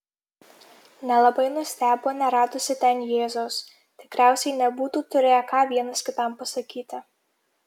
nelabai nustebo neradusi ten jėzaus tikriausiai nebūtų turėję ką vienas kitam pasakyti